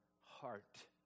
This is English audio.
heart